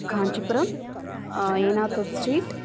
Kanchipuram Enathur street